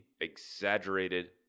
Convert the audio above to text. exaggerated